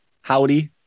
howdy